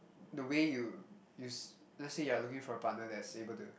the way you use let's say you are looking for a partner that is able to